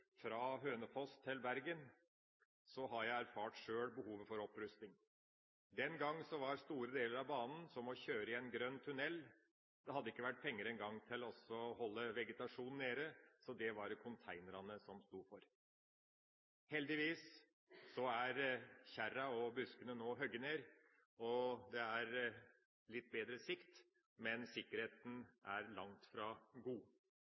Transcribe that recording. fra Hønefoss til Bergen, har jeg sjøl erfart behovet for opprusting. Den gangen opplevdes store deler av banen som å kjøre i en grønn tunnel. Det hadde ikke engang vært penger til å holde vegetasjonen nede. Det var det containerne som sto for. Heldigvis er kjerrene og buskene nå hugget ned, og det er litt bedre sikt, men sikkerheten er langt fra god.